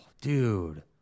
dude